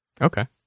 Okay